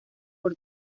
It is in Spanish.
por